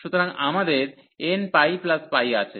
সুতরাং আমাদের nππ আছে